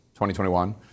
2021